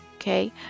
Okay